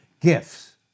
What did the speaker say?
gifts